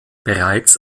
bereits